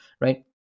right